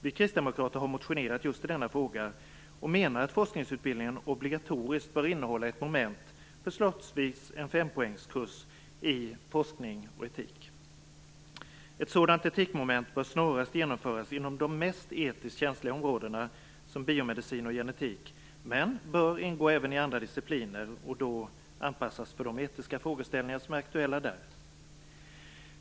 Vi kristdemokrater har motionerat just i denna fråga och menar att forskningsutbildningen obligatoriskt bör innehålla ett moment, förslagsvis en fempoängskurs, i forskning och etik. Ett sådant etikmoment bör snarast genomföras inom de etiskt mest känsliga områdena, biomedicin och genetik, men bör även ingå i andra discipliner och då anpassas till de etiska frågeställningar som är aktuella där.